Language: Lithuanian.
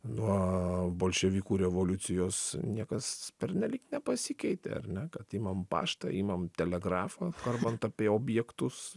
nuo bolševikų revoliucijos niekas pernelyg nepasikeitė ar ne kad imam paštą imam telegrafą kalbant apie objektus